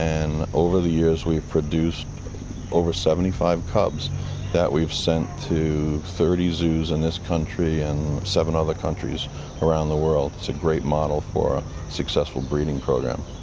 over the years we've produced over seventy five cubs that we've sent to thirty zoos in this country and seven other countries around the world. it's a great model for a successful breeding program.